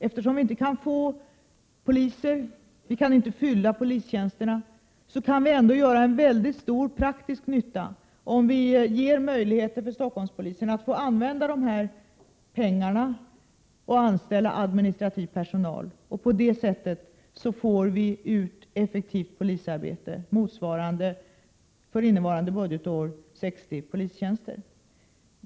Även om vi inte kan fylla polistjänsterna, kan vi ändå göra en stor praktisk nytta om vi ger möjligheter för Stockholmspolisen att använda dessa pengar för anställning av administrativ personal. På det sättet får vi under innevarande budgetår ut effektivt polisarbete motsvarande 60 polistjänster.